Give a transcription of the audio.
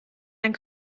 ein